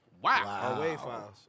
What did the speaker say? Wow